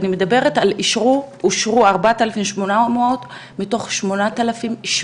אני מדברת על 4,800 בקשות שאושרו מתוך 8,700,